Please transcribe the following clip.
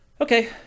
Okay